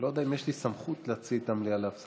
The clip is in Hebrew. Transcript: אני לא יודע אם יש לי סמכות להוציא את המליאה להפסקה.